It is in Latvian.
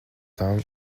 tam